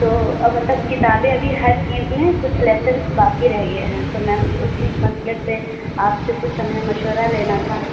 تو اب مطلب کتابیں ابھی ہر چیز میں کچھ لیسنس باقی رہ گئے ہیں تو میم اُسی مسئلے پہ آپ سے كچھ ہمیں مشورہ لینا تھا